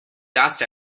dust